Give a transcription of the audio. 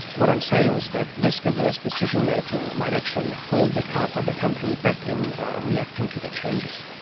what i'm saying is that risk-averse decision-making might actually hold the kind of the company back in reacting to the changes.